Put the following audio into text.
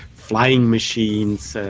flying machines,